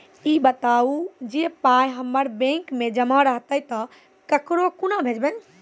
ई बताऊ जे पाय हमर बैंक मे जमा रहतै तऽ ककरो कूना भेजबै?